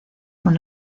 con